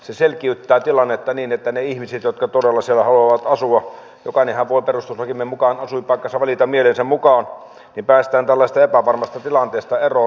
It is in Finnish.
se selkiyttää tilannetta niiden ihmisten kohdalla jotka todella siellä haluavat asua jokainenhan voi perustuslakimme mukaan asuinpaikkansa valita mielensä mukaan ja päästään tällaisesta epävarmasta tilanteesta eroon